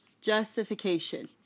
Justification